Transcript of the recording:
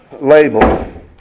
label